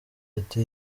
ati